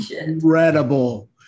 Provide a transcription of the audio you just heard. incredible